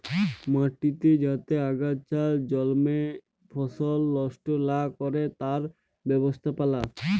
মাটিতে যাতে আগাছা জল্মে ফসল লস্ট লা ক্যরে তার ব্যবস্থাপালা